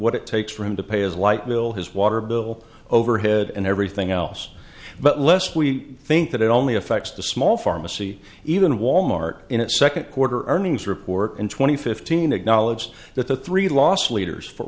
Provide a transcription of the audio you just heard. what it takes for him to pay as light bill his water bill overhead and everything else but less we think that it only affects the small pharmacy even wal mart in a second quarter earnings report in two thousand and fifteen acknowledged that the three loss leaders for